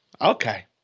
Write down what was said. Okay